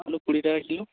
আলু কুড়ি টাকা কিলো